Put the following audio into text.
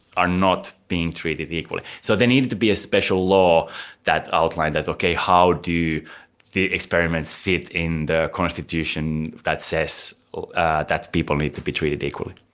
are not being treated equally. so there needed to be a special law that outlined that. okay, how do the experiments fit in the constitution that says ah that people need to be treated equally?